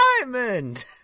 diamond